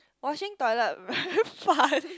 washing toilet very fun